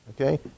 Okay